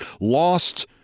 lost